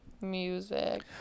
Music